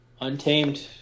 untamed